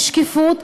בשקיפות.